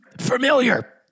familiar